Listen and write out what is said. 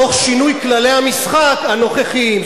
תוך שינוי כללי המשחק הנוכחיים.